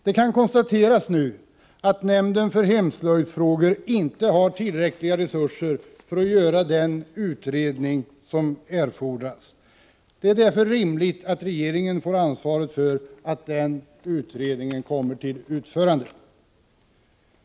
Det kan konstateras att nämnden för hemslöjdsfrågor inte har tillräckliga resurser för att göra den utredning som erfordras om inhemsk odling och beredning av lin i industriell skala. Det är därför rimligt att regeringen får ansvaret för att denna utredning kommer till utförande.